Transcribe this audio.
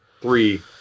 three